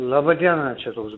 laba diena čia toks